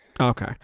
Okay